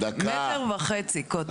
מטר וחצי קוטר.